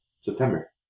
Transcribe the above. September